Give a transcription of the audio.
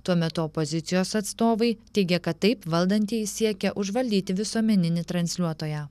tuo metu opozicijos atstovai teigia kad taip valdantieji siekia užvaldyti visuomeninį transliuotoją